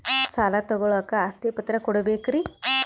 ಸಾಲ ತೋಳಕ್ಕೆ ಆಸ್ತಿ ಪತ್ರ ಕೊಡಬೇಕರಿ?